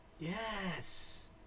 Yes